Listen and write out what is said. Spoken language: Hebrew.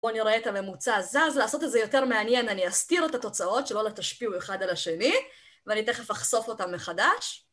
פה אני רואה את הממוצע זז, לעשות את זה יותר מעניין אני אסתיר את התוצאות שלא תשפיעו אחד על השני, ואני תכף אחשוף אותן מחדש